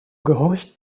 gehorcht